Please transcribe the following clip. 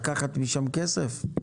לקחת משם כסף?